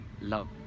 love